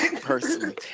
personally